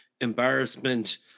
embarrassment